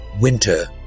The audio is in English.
winter